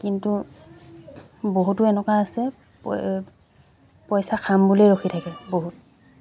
কিন্তু বহুতো এনেকুৱা আছে পইচা খাম বুলি ৰখি থাকে বহুত